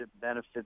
benefits